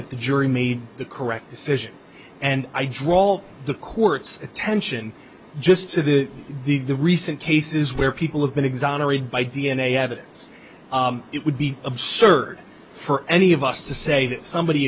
that the jury made the correct decision and i draw the court's attention just to the big the recent cases where people have been exonerated by d n a evidence it would be absurd for any of us to say that somebody